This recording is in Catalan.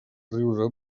riure